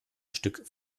stück